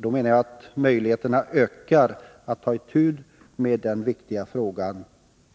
Då menar jag att möjligheterna ökar att ta itu med den viktiga frågan